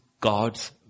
God's